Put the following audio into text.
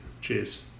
Cheers